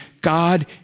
God